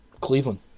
Cleveland